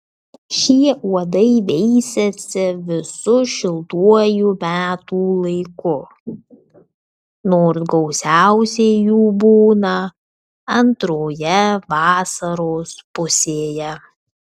šie uodai veisiasi visu šiltuoju metų laiku nors gausiausiai jų būna antroje vasaros pusėje